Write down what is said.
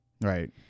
Right